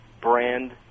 Brand